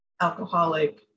alcoholic